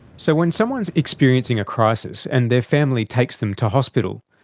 so when someone is experiencing a crisis and their family takes them to hospital,